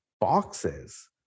boxes